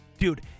dude